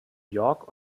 york